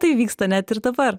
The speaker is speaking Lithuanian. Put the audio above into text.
tai vyksta net ir dabar